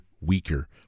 weaker